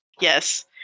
Yes